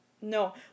no